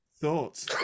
Thoughts